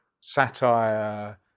satire